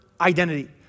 identity